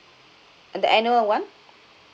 uh the annual one